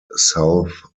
south